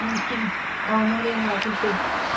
ꯎꯝ ꯑꯧ ꯃꯣꯔꯦ ꯉꯥꯁꯤꯁꯦ